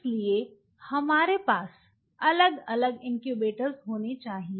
इसलिए हमारे पास अलग अलग इन्क्यूबेटर्स होने चाहिए